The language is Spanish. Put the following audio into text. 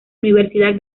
universidad